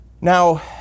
Now